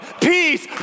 peace